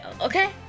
okay